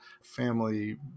family